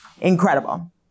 incredible